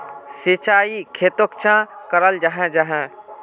सिंचाई खेतोक चाँ कराल जाहा जाहा?